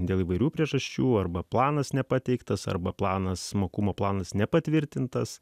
dėl įvairių priežasčių arba planas nepateiktas arba planas mokumo planas nepatvirtintas